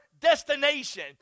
destination